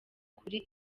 kuri